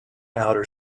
outer